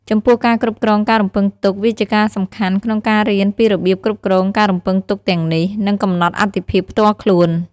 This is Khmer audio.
ចំពោះការគ្រប់គ្រងការរំពឹងទុក វាជាការសំខាន់ក្នុងការរៀនពីរបៀបគ្រប់គ្រងការរំពឹងទុកទាំងនេះ និងកំណត់អាទិភាពផ្ទាល់ខ្លួន។